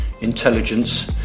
intelligence